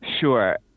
Sure